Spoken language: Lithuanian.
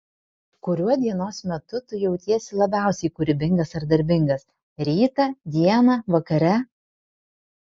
kuriuo dienos metu tu jautiesi labiausiai kūrybingas ar darbingas rytą dieną vakare